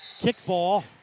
kickball